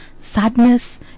sadness